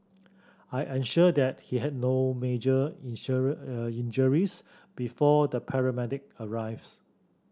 I ensured that he had no major injuries before the paramedic arrives